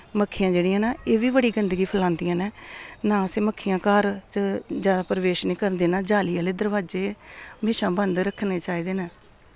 मक्खियां जेह्ड़ियां न एह् बी बड़ी गंदगी फैलांदियां न ना असें मक्खियां घर च ज्यादा प्रवेश नि करन देना जाली आह्ले दरवाजे म्हेशां बंद रक्खने चाहिदे न